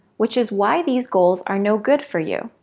which is why these goals are no good for you.